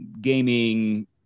gaming